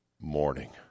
morning